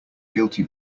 guilty